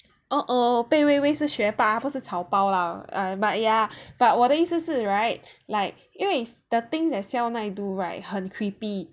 oh oh 贝微微是学霸不是草包 lah but ya but 我的意思是 right like 因为 the thing that 肖奈 and right 很 creepy